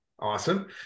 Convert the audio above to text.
Awesome